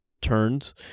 turns